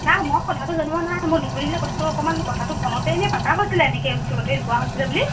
নাই মই কথাটো জনোৱা নাই মই দুজনীৰ লগত কথাটো অকণমান কথাটো ফোনতে এনে পাতা হৈছিলে এনেকে স্কুলতে যোৱা হৈছিলে বুলি